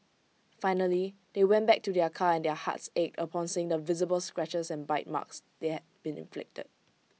finally they went back to their car and their hearts ached upon seeing the visible scratches and bite marks that been inflicted